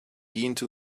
into